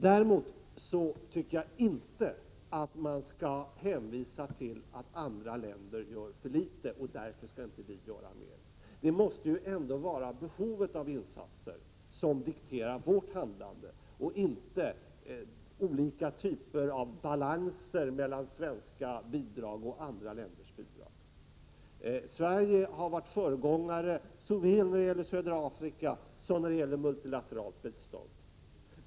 Däremot tycker jag inte att man skall hänvisa till att andra länder gör för litet och att vi därför inte skall göra mer. Det måste var behovet av insatser som dikterar vårt handlande, inte olika typer av balanser mellan svenska bidrag och andra länders bidrag. Sverige har varit föregångare såväl när det gäller södra Afrika som när det gäller multilateralt bistånd.